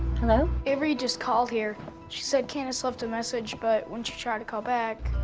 hello? avery just called here. she said candace left a message, but when she tried to call back,